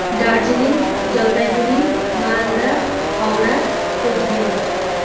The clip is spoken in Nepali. दार्जिलिङ जलपाइगुडी मालदा हाउडा कुचबिहार